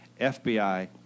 FBI